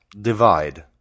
divide